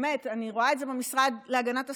באמת, אני רואה את זה במשרד להגנת הסביבה,